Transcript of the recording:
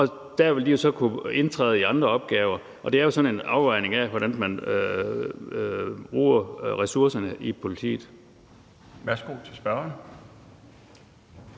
og der vil de jo så kunne indtræde i andre opgaver. Det bliver sådan en afvejning af, hvordan man bruger ressourcerne i politiet.